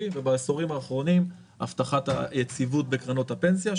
ובעשורים האחרונים הבטחת היציבות בקרנות הפנסיה,